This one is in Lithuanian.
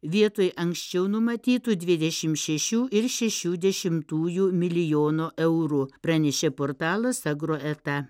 vietoj anksčiau numatytų dvidešim šešių ir šešių dešimtųjų milijono eurų pranešė portalas agroeta